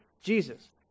Jesus